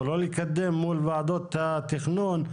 או לא לקדם מול עדות התכנון,